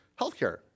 Healthcare